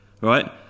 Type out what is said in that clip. right